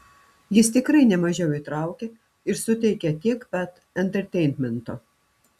jis tikrai nemažiau įtraukia ir suteikia tiek pat enterteinmento